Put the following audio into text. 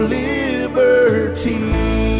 liberty